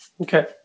Okay